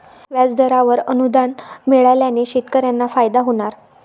व्याजदरावर अनुदान मिळाल्याने शेतकऱ्यांना फायदा होणार